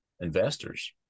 investors